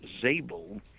Zabel